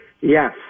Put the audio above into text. Yes